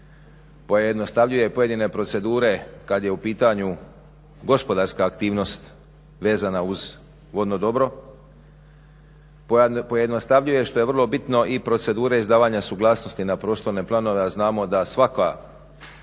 pojednostavljuje pojedine procedure kad je u pitanju gospodarska aktivnost vezana uz vodno dobro, pojednostavljuje što je vrlo bitno i procedure izdavanja suglasnosti na prostorne planove a znamo da svaka otklonjena